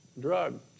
drug